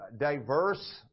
diverse